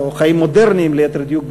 חיים מודרניים ליתר דיוק,